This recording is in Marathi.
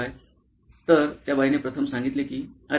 'तर त्या बाईने प्रथम सांगितले की' अरे